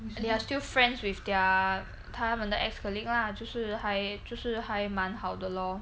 they are still friends with their 他们的 ex colleague lah 就是还就是还蛮好的 lor